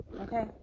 Okay